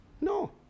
No